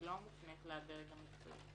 היא לא מופנית לדרג המקצועי.